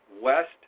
West